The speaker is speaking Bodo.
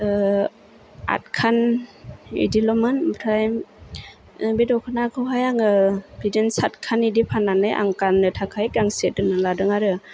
आदखान बिदिल'मोन ओमफ्राय बे दख'नाखौहाय आङो बिदिनो साटखान बिदि फान्नानै आं गाननो थाखाय गांसे दोनना लादों आरो